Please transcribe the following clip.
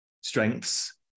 strengths